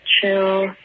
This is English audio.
chill